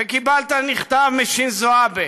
וקיבלת מכתב משינזו אבה,